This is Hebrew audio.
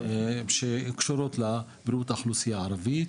שקשורות לבריאות האוכלוסייה הערבית.